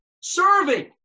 serving